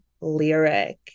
lyric